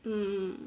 mm